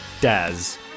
Daz